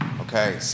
Okay